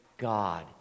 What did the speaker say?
God